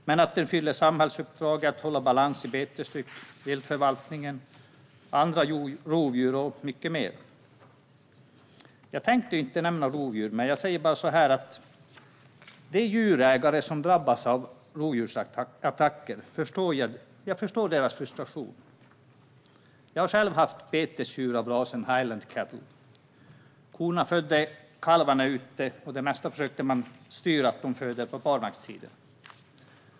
Men den har också ett samhällsuppdrag när det gäller att hålla balans i betestryck, viltförvaltningen, antal rovdjur och mycket mer. Jag tänkte inte nämna rovdjur, men jag säger bara så här: Jag förstår frustrationen hos de djurägare som drabbas av rovdjursattacker. Jag har själv haft betesdjur av rasen highland cattle. Korna födde kalvarna ute. För det mesta försökte man styra dem att föda på barmarkstider.